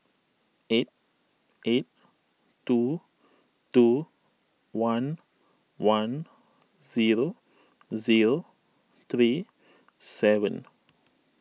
eight eight two two one one zero zero three seven